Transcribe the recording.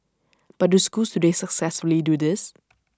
but do schools today successfully do this